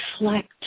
reflect